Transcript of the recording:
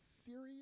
serious